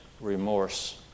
remorse